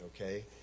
Okay